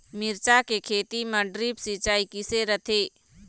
मिरचा के खेती म ड्रिप सिचाई किसे रथे?